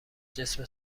جسم